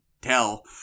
tell